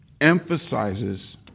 emphasizes